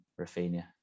Rafinha